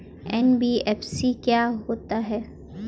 NBFC क्या होता है?